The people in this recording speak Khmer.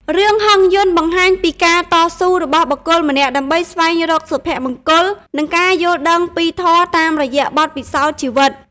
រឿង ហង្សយន្ត បង្ហាញពីការតស៊ូរបស់បុគ្គលម្នាក់ដើម្បីស្វែងរកសុភមង្គល និងការយល់ដឹងពីធម៌តាមរយៈបទពិសោធន៍ជីវិត។